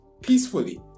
peacefully